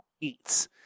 eats